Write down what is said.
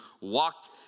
walked